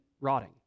rotting